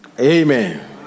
Amen